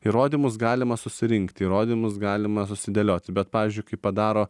įrodymus galima susirinkt įrodymus galima susidėlioti bet pavyzdžiui kai padaro